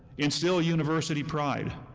instill university pride!